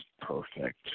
perfect